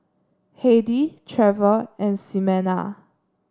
Heidy Trevor and Ximena